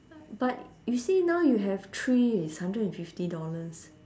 but you see now you have three is hundred and fifty dollars